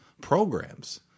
programs